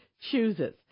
chooses